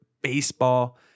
baseball